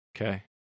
Okay